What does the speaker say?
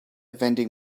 vending